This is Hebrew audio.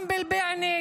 גם בבועיינה,